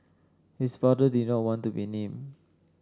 his father did not want to be named